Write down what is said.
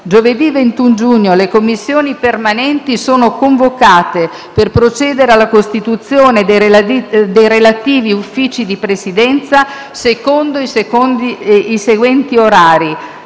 Giovedì 21 giugno le Commissioni permanenti sono convocate per procedere alla costituzione dei relativi Uffici di Presidenza, secondo i seguenti orari: